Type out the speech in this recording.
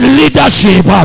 leadership